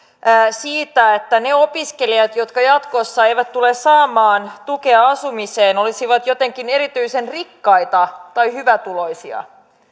siitä että ne opiskelijat jotka jatkossa eivät tule saamaan tukea asumiseen olisivat jotenkin erityisen rikkaita tai hyvätuloisia